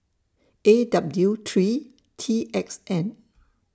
A W three T X N